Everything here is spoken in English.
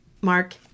Mark